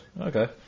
Okay